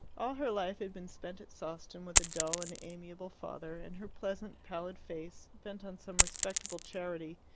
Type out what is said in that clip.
all her life had been spent at sawston with a dull and amiable father, and her pleasant, pallid face, bent on some respectable charity,